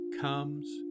comes